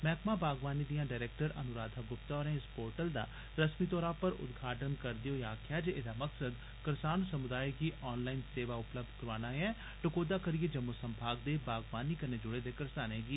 मैहकमा बागवानी दियां डरैक्टर अनुराघा गुप्ता होरें इस पोर्टल दा रस्मी तौरा पर उद्घाटन करदे होई आक्खेआ जे एह्दा मकसद करसान समुदाय गी ऑनलाईन सेवां उपलब्ध कराना ऐ टकोह्दा करियै जम्मूं संभाग दे बागवानी कन्नै जुड़े दे करसानें गी